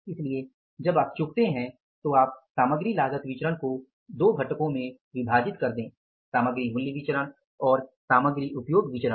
इसलिए जब आप चूकते हैं तो आप सामग्री लागत विचरण को दो घटक में विभाजित कर दे सामग्री मूल्य विचरण और सामग्री उपयोग विचरण